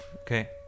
Okay